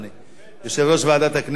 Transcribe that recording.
יושב-ראש ועדת הכנסת, הודעה.